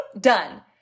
done